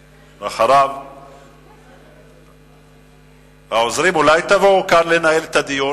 ואחריו, העוזרים, אולי תבואו כאן לנהל את הדיון?